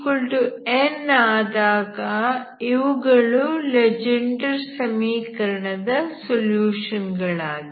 αn ಆದಾಗ ಇವುಗಳು ಲೆಜೆಂಡರ್ ಸಮೀಕರಣದ ಸೊಲ್ಯೂಷನ್ ಗಳಾಗಿವೆ